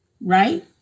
Right